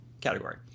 category